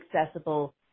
accessible